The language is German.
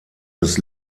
des